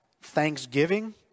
thanksgiving